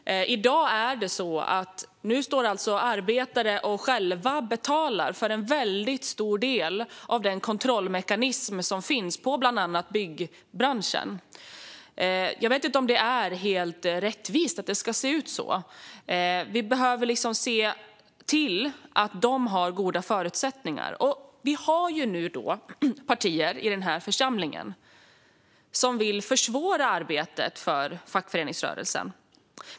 I dag är det så att arbetare själva betalar för en väldigt stor del av den kontrollmekanism som finns i bland annat byggbranschen. Jag vet inte om det är helt rättvist att det ska se ut så. Vi behöver se till att de har goda förutsättningar. Vi har nu partier i den här församlingen som vill försvåra arbetet för fackföreningsrörelsen.